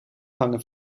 vangen